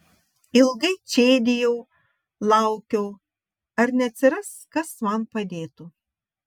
ilgai čėdijau laukiau ar neatsiras kas man padėtų